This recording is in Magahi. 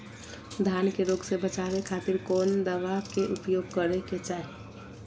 धान के रोग से बचावे खातिर कौन दवा के उपयोग करें कि चाहे?